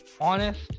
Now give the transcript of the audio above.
honest